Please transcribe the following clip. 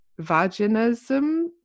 vaginism